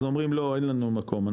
אז אומרים לו אין לנו מקום,